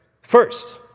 first